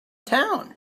town